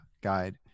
guide